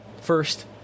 First